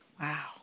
Wow